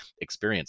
experience